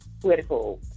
political